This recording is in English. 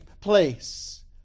place